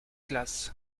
classe